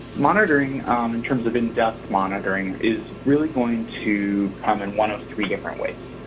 monitoring in terms of in-depth monitoring is really going to come in one of three different ways.